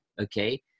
okay